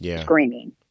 screaming